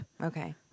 Okay